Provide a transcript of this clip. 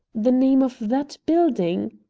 the name of that building?